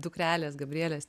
dukrelės gabrielės